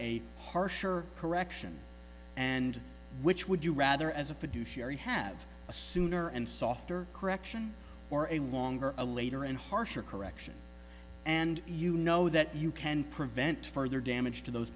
a harsher correction and which would you rather as a fiduciary have a sooner and softer correction or a longer a later and harsher correction and you know that you can prevent further damage to those